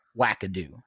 wackadoo